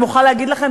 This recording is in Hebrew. אני מוכרחה להגיד לכם,